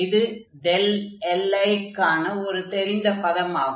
இது li க்கான ஒரு தெரிந்த பதம் ஆகும்